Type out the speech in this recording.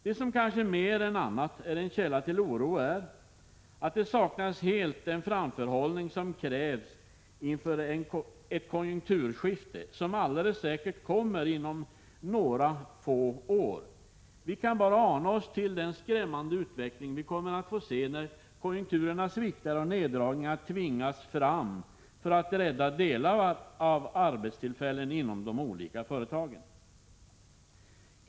Det som kanske mer än någonting annat är en källa till oro är det faktum att den framförhållning helt saknas som krävs inför ett konjunkturskifte, och ett sådant kommer alldeles säkert inom några år. Vi kan bara ana den skrämmande utveckling som vi kommer att få se när konjunkturerna sviktar och neddragningar tvingas fram för att en del av arbetstillfällena inom de olika företagen skall kunna räddas.